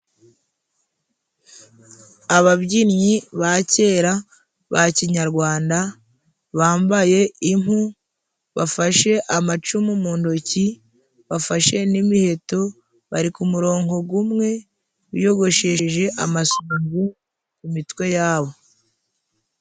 Ababyinnyi ba kera ba kinyarwanda bambaye impu bafashe amacumu mu ntoki bafashe n'imiheto bari ku kumuronko gumwe biyogoshesheje amasunzu kumitwe yabo.